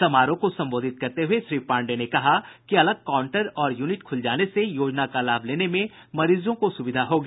समारोह को संबोधित करते हुए श्री पांडेय ने कहा कि अलग काउंटर और यूनिट खूल जाने से योजना का लाभ लेने में मरीजों को सूविधा होगी